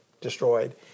destroyed